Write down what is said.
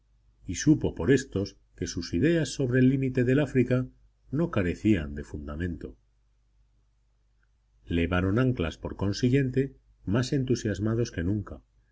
y supo por éstos que sus ideas sobre el límite del áfrica no carecían de fundamento levaron anclas por consiguiente más entusiasmados que nunca